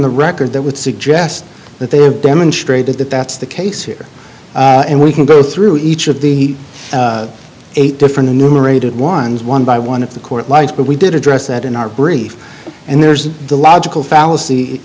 the record that would suggest that they have demonstrated that that's the case here and we can go through each of the eight different enumerated ones one by one of the court lights but we did address that in our brief and there's the logical fallacy